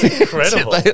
incredible